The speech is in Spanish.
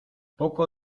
poco